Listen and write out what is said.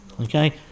Okay